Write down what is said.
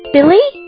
Billy